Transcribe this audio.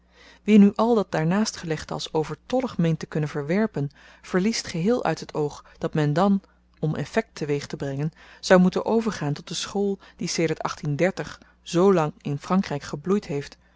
wie nu al dat daarnaast gelegde als overtollig meent te kunnen verwerpen verliest geheel uit het oog dat men dan om effekt te-weeg te brengen zou moeten overgaan tot de school die sedert zoolang in frankryk gebloeid heeft